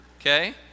okay